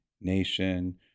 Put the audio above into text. nation